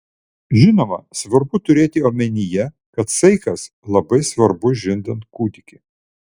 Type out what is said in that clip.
žinoma svarbu turėti omenyje kad saikas labai svarbu žindant kūdikį